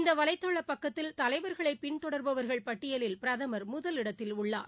இந்த வலைதள பக்கத்தில் தலைவர்களை பின் தொடர்பவர்கள் பட்டியலில் பிரதமர் முதலிடத்தில் உள்ளார்